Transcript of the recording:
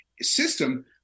system